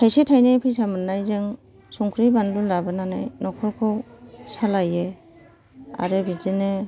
थाइसे थाइनै फैसा मोननायजों संख्रि बानलु लाबोनानै नखरखौ सालायो आरो बिदिनो